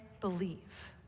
believe